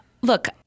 Look